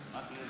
רק,